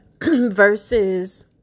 versus